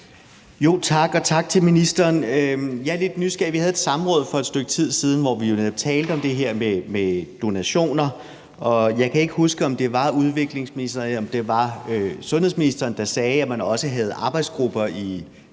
Tak, og tak til ministeren. Jeg er lidt nysgerrig, for vi havde et samråd for et stykke tid siden, hvor vi jo netop talte om det her med donationer, og jeg kan ikke huske, om det var udviklingsministeren, eller om det var sundhedsministeren, der sagde, at man også havde arbejdsgrupper i